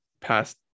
past